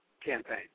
campaign